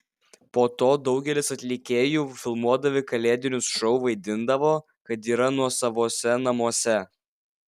po to daugelis atlikėjų filmuodami kalėdinius šou vaidindavo kad yra nuosavose namuose